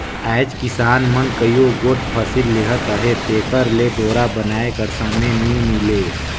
आएज किसान मन कइयो गोट फसिल लेहत अहे तेकर ले डोरा बनाए कर समे नी मिले